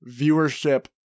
viewership